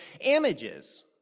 images